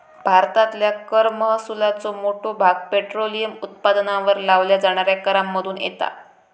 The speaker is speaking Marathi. भारतातल्या कर महसुलाचो मोठो भाग पेट्रोलियम उत्पादनांवर लावल्या जाणाऱ्या करांमधुन येता